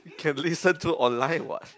can listen to online what